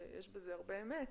שיש בזה הרבה אמת,